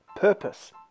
purpose